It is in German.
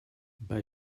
bei